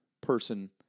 person